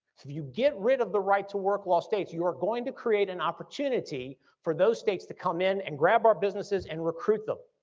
if you get rid of the right-to-work law states, you are going to create an opportunity for those states to come in and grab our businesses and recruit them.